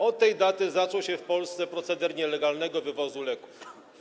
Od tej daty zaczął się w Polsce proceder nielegalnego wywozu leków.